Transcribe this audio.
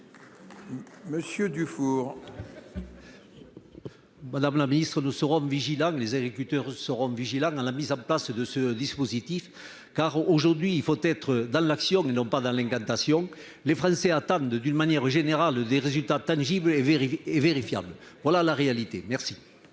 Monsieur Dufour. Madame la Ministre, nous serons vigilants, les agriculteurs seront vigilants dans la mise en place de ce dispositif, car aujourd'hui il faut être dans l'action et non pas dans l'incantation. Les Français entame de d'une manière générale des résultats tangibles et vérifiés et vérifiables. Voilà la réalité. Merci.